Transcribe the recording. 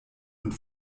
und